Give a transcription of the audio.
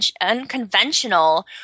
unconventional